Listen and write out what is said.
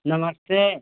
नमस्ते